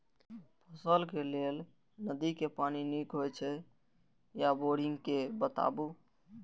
फसलक लेल नदी के पानी नीक हे छै या बोरिंग के बताऊ?